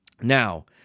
Now